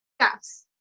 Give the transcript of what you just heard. yes